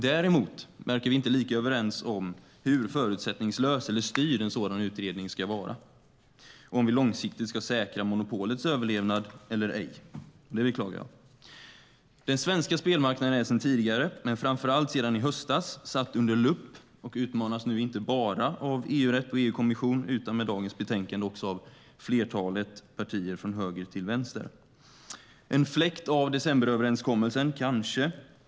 Däremot verkar vi inte vara lika överens om hur förutsättningslös eller styrd en sådan utredning ska vara och om vi långsiktigt ska säkra monopolets överlevnad eller ej. Det beklagar jag. Den svenska spelmarknaden är sedan tidigare, men framför allt sedan i höstas, satt under lupp. Den utmanas nu inte bara av EU-rätten och EU-kommissionen, utan med dagens betänkande också av flertalet partier från höger till vänster. Det är kanske en fläkt av decemberöverenskommelsen.